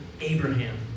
Abraham